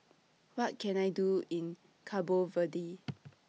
What Can I Do in Cabo Verde